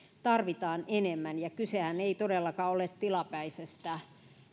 tarvitaan enemmän kysehän ei todellakaan ole tilapäisestä